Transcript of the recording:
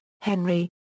Henry